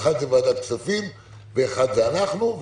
האחת זו ועדת כספים ואחת זו אנחנו.